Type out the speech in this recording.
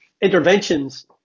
interventions